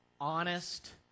honest